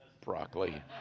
Broccoli